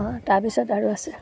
অঁ তাৰপিছত আৰু আছে